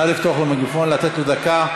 נא לפתוח לו מיקרופון, לתת לו דקה.